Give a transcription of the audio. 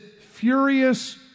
furious